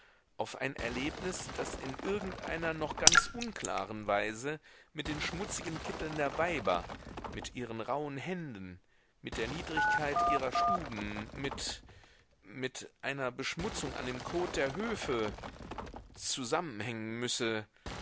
auf ein erlebnis das in irgendeiner noch ganz unklaren weise mit den schmutzigen kitteln der weiber mit ihren rauhen händen mit der niedrigkeit ihrer stuben mit mit einer beschmutzung an dem kot der höfe zusammenhängen müsse